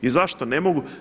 I zašto ne mogu?